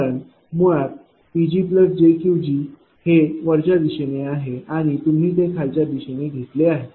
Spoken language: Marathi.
कारण मुळात PgjQgहे वरच्या दिशेने आहे आणि तुम्ही ते खालच्या दिशेने घेतले आहे